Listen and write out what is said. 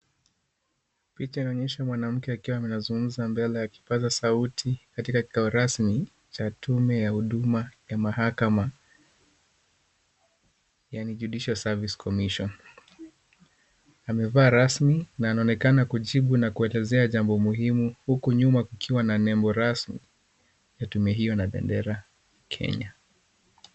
Picha inaonesha mwanamke akiwa anazungumza mbele ya kipaza sauti katika kikao rasmi cha tume ya huduma ya mahakama .yani judicial service commision .Ameva rasmi na anaonekana kujibu na kuelezea jambo muhimu huku nyuma kukiwa na nembo rasmi ya tume hio na bendera Kenya.